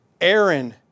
Aaron